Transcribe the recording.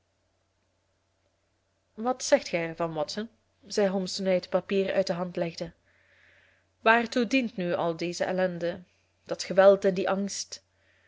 wat zegt gij er van watson zei holmes toen hij het papier uit de hand legde waartoe dient nu al deze ellende dat geweld en die angst